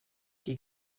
qui